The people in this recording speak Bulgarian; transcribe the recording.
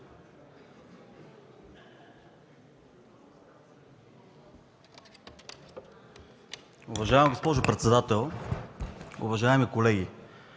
Уважаема госпожо председател, уважаеми колеги,